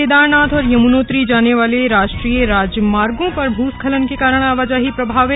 केदारनाथ और यमुनोत्री जाने वाले राष्ट्रीय राजमार्गों पर भूस्खलन के कारण आवाजाही प्रभावित